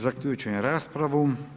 Zaključujem raspravu.